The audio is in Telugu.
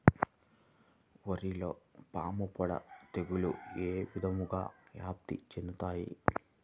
వరిలో పాముపొడ తెగులు ఏ విధంగా వ్యాప్తి చెందుతాయి?